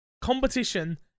competition